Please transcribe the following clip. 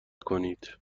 کنید